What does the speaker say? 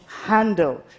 handle